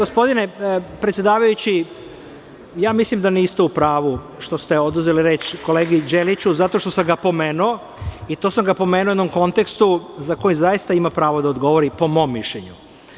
Gospodine predsedavajući, mislim da niste u pravu što ste oduzeli reč kolegi Đeliću, zato što sam ga pomenuo, i to sam ga pomenuo u jednom kontekstu za koji zaista ima pravo da odgovori, po mom mišljenju.